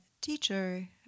teacher